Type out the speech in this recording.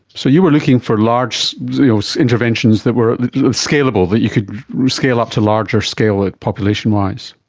so you were looking for large interventions that were scalable, that you could scale up to larger-scale ah population wise.